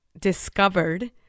discovered